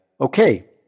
Okay